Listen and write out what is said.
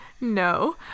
No